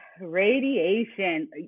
radiation